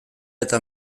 eta